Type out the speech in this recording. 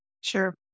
Sure